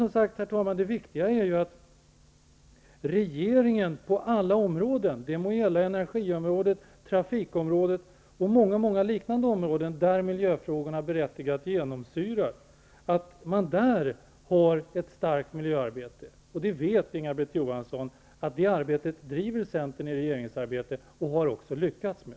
Det viktiga är ju att regeringen, på alla områden som genomsyras av miljöfrågorna, såsom energiområdet, trafikområdet och liknande, har ett aktivt miljöarbete. Inga-Britt Johansson vet att det är ett arbete som centern driver och har lyckats med.